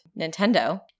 Nintendo –